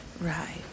Right